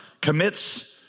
commits